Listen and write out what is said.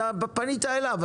אתה פנית אליו,